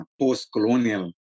post-colonial